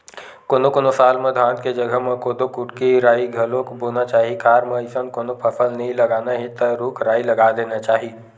कोनो कोनो साल म धान के जघा म कोदो, कुटकी, राई घलोक बोना चाही खार म अइसन कोनो फसल नइ लगाना हे त रूख राई लगा देना चाही